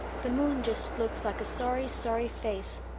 the moon just looks like a sorry, sorry face.